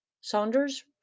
Saunders